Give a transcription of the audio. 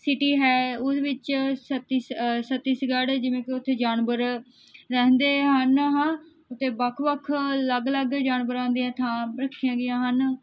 city ਹੈ ਉਹਦੇ ਵਿੱਚ ਛੱਤੀਸ ਛੱਤੀਸਗੜ੍ਹ ਜਿਵੇਂ ਕਿ ਉੱਥੇ ਜਾਨਵਰ ਰਹਿੰਦੇ ਹਨ ਹਾਂ ਅਤੇ ਵੱਖ ਵੱਖ ਅਲੱਗ ਅਲੱਗ ਜਾਨਵਰਾਂ ਦੀਆਂ ਥਾਂ ਰੱਖੀਆਂ ਗਈਆਂ ਹਨ